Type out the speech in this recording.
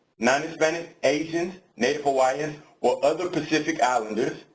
non-hispanic asians, native hawaiians or other pacific islanders,